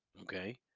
Okay